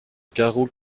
carreaux